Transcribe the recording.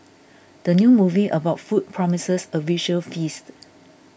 the new movie about food promises a visual feast